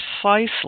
precisely